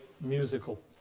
musical